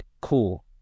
cool